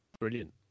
brilliant